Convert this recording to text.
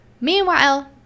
meanwhile